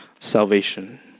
salvation